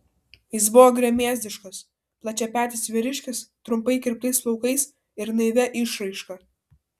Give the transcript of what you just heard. jis buvo gremėzdiškas plačiapetis vyriškis trumpai kirptais plaukais ir naivia išraiška